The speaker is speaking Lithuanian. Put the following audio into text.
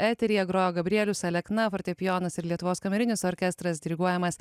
eteryje grojo gabrielius alekna fortepijonas ir lietuvos kamerinis orkestras diriguojamas